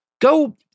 Go